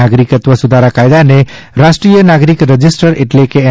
નાગરિક્ત્વ સુધારા કાયદાને રાષ્ટ્રીય નાગરિક રજિસ્ટર એટ્લે કે એન